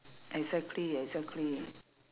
exactly exactly